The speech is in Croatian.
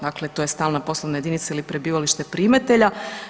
Dakle to je stalna poslovna jedinica ili prebivalište primatelja.